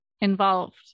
involved